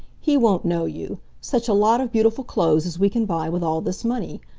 he won't know you. such a lot of beautiful clothes as we can buy with all this money.